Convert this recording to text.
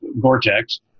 Gore-Tex